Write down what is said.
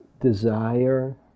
desire